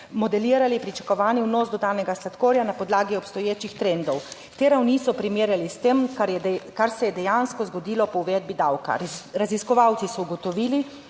modelirali pričakovani vnos dodanega sladkorja na podlagi obstoječih trendov. Te ravni so primerjali s tem, kar je, kar se je dejansko zgodilo po uvedbi davka raziskovalci so ugotovili,